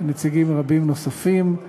ונציגים רבים נוספים,